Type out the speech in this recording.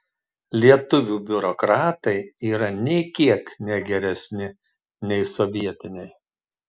lietuvių biurokratai yra nė kiek ne geresni nei sovietiniai